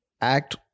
act